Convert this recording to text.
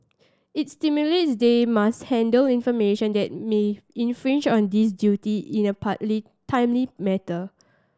it stipulates they must handle information that may infringe on this duty in a partly timely matter